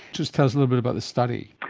just tell us a little bit about this study.